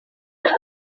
jadi